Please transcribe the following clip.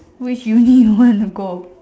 which uni you want to go